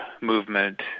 movement